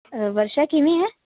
ਵਰਸ਼ਾ ਕਿਵੇਂ ਹੈ